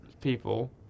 people